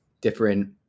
different